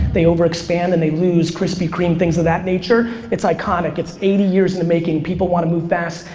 they overexpand and they lose, krispy kreme, things of that nature, it's iconic. it's eighty years in the making. people wanna move fast,